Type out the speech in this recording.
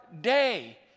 day